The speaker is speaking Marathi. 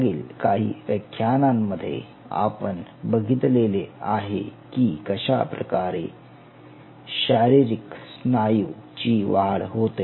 मागील काही व्याख्यानांमध्ये आपण बघितले आहे की कशाप्रकारे शारीरिक स्नायू ची वाढ होते